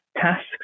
tasks